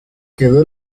quedó